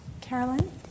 Carolyn